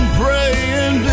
praying